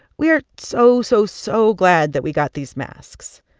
we are so, so, so glad that we got these masks.